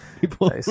People